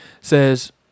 says